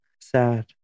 sad